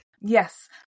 yes